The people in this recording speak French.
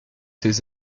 ses